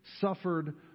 suffered